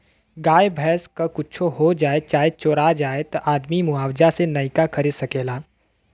गाय भैंस क कुच्छो हो जाए चाहे चोरा जाए त आदमी मुआवजा से नइका खरीद सकेला